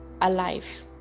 alive